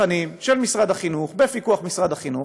התכנים של משרד החינוך בפיקוח משרד החינוך.